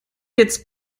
jetzt